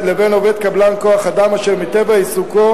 לבין עובד קבלן כוח-אדם אשר מטבע עיסוקו